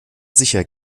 sicher